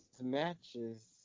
matches